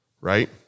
right